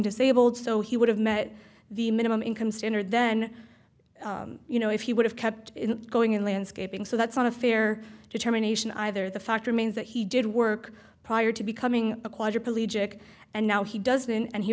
disabled so he would have met the minimum income standard then you know if he would have kept it going in landscaping so that's not a fair determination either the fact remains that he did work prior to becoming a quadriplegic and now he doesn't and he